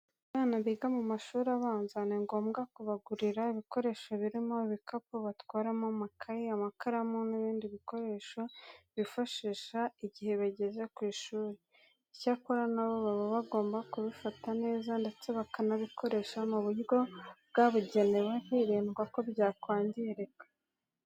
Abana biga mu mashuri abanza ni ngombwa ko bagurirwa ibikoresho birimo ibikapu batwaramo amakayi, amakaramu n'ibindi bikoresho bifashisha igihe bageze ku ishuri. Icyakora na bo, baba bagomba kubifata neza ndetse bakanabikoresha mu buryo bwabugenewe hirindwa ko byakwangirika.